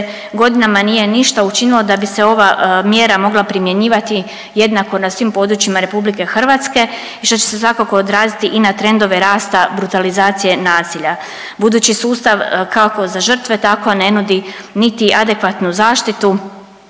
godinama nije ništa učinilo da bi se ova mjera mogla primjenjivati jednako na svim područjima RH i što će se svakako odraziti i na trendove rasta brutalizacije nasilja. Budući sustav kako za žrtve tako ne nudi niti adekvatnu zaštitu